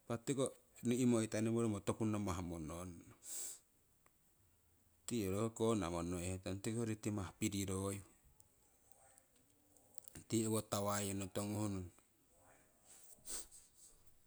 Impa tiko ni'moi tanimoromo toku namah mononnong tii ho konna monoihetono tiki hoyori timah piriroyu tii owo tawaiyono tonguhnono